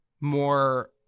more